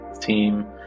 team